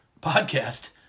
podcast